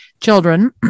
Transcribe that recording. children